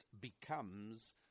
becomes